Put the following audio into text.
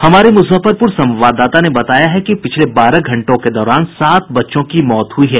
हमारे मुजफ्फरपुर संवाददाता ने बताया है कि पिछले बारह घंटों के दौरान सात बच्चों की मौत हुई है